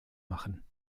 machen